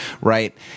right